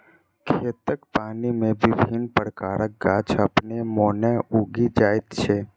खेतक पानि मे विभिन्न प्रकारक गाछ अपने मोने उगि जाइत छै